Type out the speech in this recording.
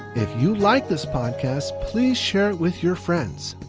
if you like this podcast, please share it with your friends.